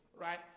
right